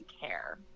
care